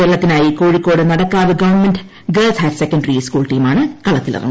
കേരളത്തിനായി Kozhikode Nadakkavu government girls higher secondary school ടീമാണ് കളത്തിലിറങ്ങുന്നത്